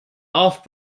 off